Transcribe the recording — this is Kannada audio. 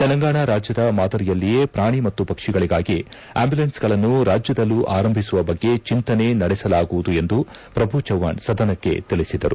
ತೆಲಂಗಾಣ ರಾಜ್ಯದ ಮಾದರಿಯಲ್ಲಿಯೇ ಪ್ರಾಣಿ ಮತ್ತು ಪಕ್ಷಿಗಳಿಗಾಗಿ ಅಂಬ್ಯುಲೆನ್ನ್ಗಳನ್ನು ರಾಜ್ಯದಲ್ಲೂ ಆರಂಭಿಸುವ ಬಗ್ಗೆ ಜಿಂತನೆ ನಡೆಸಲಾಗುವುದು ಎಂದು ಪ್ರಭು ಚವ್ವಾಣ್ ಸದನಕ್ಕೆ ತಿಳಿಸಿದರು